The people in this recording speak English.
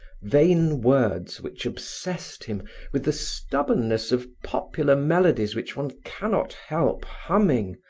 vain words which obsessed him with the stubbornness of popular melodies which one cannot help humming,